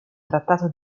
trattato